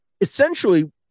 essentially